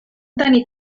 tenir